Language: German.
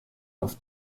auf